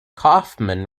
kaufman